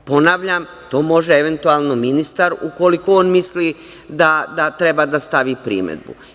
Ponavljam, to može eventualno ministar ukoliko misli da treba da stavi primedbu.